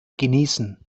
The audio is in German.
genießen